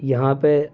یہاں پہ